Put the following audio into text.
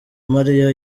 mariya